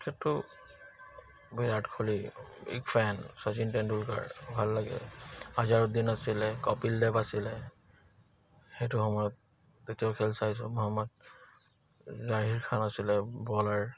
বিৰাট Kohli big fan Sachin Tendulkar ভাল লাগে আজাৰউদ্দিন আছিলে কপিল দেৱ আছিলে সেইটো সময়ত খেল চাই জাহিৰ খান আছিলে বলাৰ